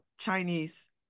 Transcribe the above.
chinese